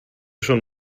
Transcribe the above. schon